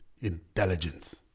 intelligence